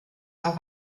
auch